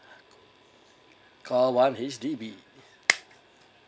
call one H_D_B